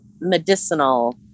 medicinal